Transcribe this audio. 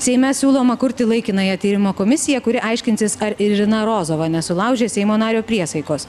seime siūloma kurti laikinąją tyrimo komisiją kuri aiškinsis ar irina rozova nesulaužė seimo nario priesaikos